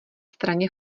straně